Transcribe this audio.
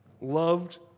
loved